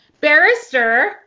barrister